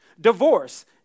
Divorce